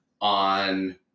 on